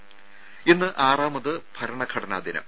ദേഴ ഇന്ന് ആറാമത് ഭരണഘടനാ ദിനം